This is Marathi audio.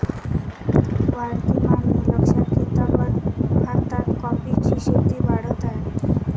वाढती मागणी लक्षात घेता भारतात कॉफीची शेती वाढत आहे